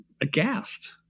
aghast